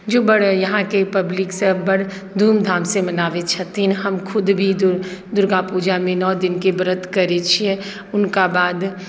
जे बड़ यहाँके पब्लिकसभ बड़ धूमधामसँ मनाबै छथिन हम खुद भी दुर्गा पूजामे नओ दिनके व्रत करै छियै हुनका बाद